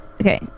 Okay